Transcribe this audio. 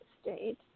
state